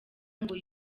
ngo